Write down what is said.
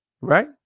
right